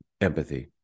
empathy